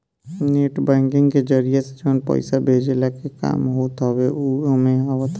net banking के जरिया से जवन पईसा भेजला के काम होत हवे उ एमे आवत हवे